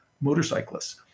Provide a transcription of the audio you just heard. motorcyclists